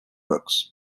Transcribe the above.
books